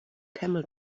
camel